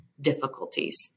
difficulties